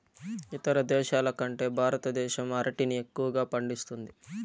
ఇతర దేశాల కంటే భారతదేశం అరటిని ఎక్కువగా పండిస్తుంది